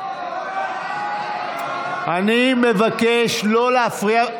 אני מבקש לא להפריע.